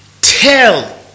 tell